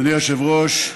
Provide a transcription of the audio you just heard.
אדוני היושב-ראש,